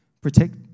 protect